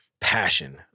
passion